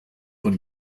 von